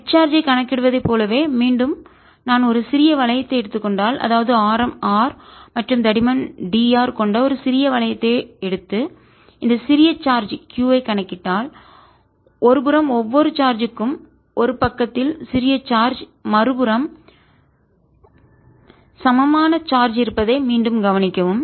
net charge ஐ கணக்கிடுவதைப் போலவே மீண்டும் நான் ஒரு சிறிய வளையத்தை எடுத்துக் கொண்டால்அதாவது ஆரம் r மற்றும் தடிமன் dr கொண்ட ஒரு சிறிய வளையத்தை எடுத்து இந்த சிறிய சார்ஜ் q ஐக் கணக்கிட்டால் ஒருபுறம் ஒவ்வொரு சார்ஜ் க்கும் ஒரு பக்கத்தில் சிறிய சார்ஜ் மறுபுறம் சமமான சார்ஜ் இருப்பதை மீண்டும் கவனிக்கவும்